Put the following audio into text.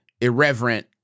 irreverent